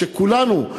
שבו כולנו,